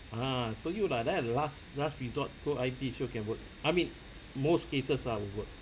ah told you lah that last last resort go I_P sure can work I mean most cases ah will work